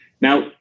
Now